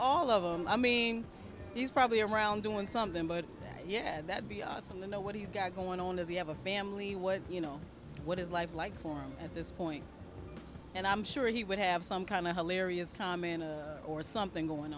all of them i mean he's probably around doing something but yeah that be awesome to know what he's got going on as we have a family would you know what is life like for him at this point and i'm sure he would have some kind of hilarious comment or something going